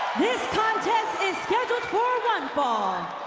this contest is scheduled for one fall,